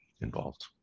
involved